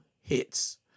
hits